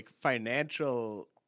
financial